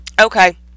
Okay